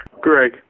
Greg